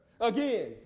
again